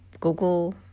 Google